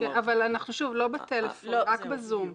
אבל לא בטלפון, רק ב"זום".